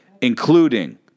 including